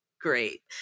great